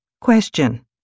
Question